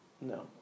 No